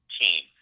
team